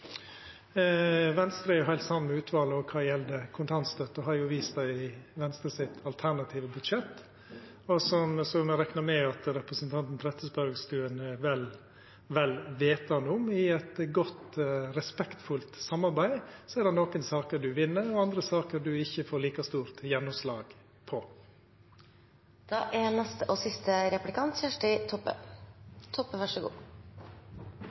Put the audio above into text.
Venstre er heilt samd med utvalet kva gjeld kontantstøtta og har vist det i sitt alternative budsjett. Som eg reknar med at representanten Trettebergstuen er vel vitande om: I eit godt og respektfullt samarbeid er det nokre saker ein vinn, og andre saker ein ikkje får like stort gjennomslag for. Eg oppfattar Venstre som eit parti som er oppriktig opptatt av å hindra barnefattigdom, og